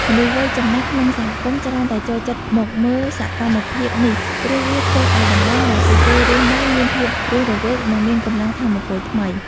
មនុស្សវ័យចំណាស់ ក្នុងសហគមន៍ច្រើនតែចូលចិត្តមកមើលសកម្មភាពនេះ ព្រោះវាធ្វើឱ្យតំបន់ដែលពួកគេរស់នៅមានភាពរស់រវើក និងមានកម្លាំងថាមពលថ្មី។